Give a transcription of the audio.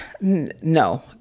No